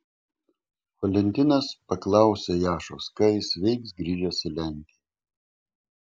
valentinas paklausė jašos ką jis veiks grįžęs į lenkiją